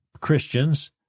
Christians